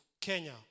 Kenya